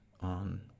on